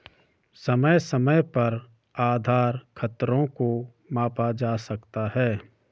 समय समय पर आधार खतरों को मापा जा सकता है